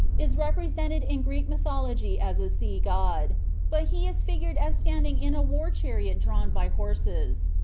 is represented in greek mythology as a sea-god but he is figured as standing in a war-chariot drawn by horses.